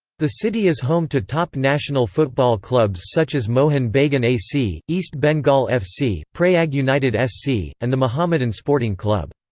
the city is home to top national football clubs such as mohun bagan a c, east bengal f c, prayag united s c, and the mohammedan sporting club.